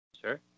Sure